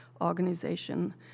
organization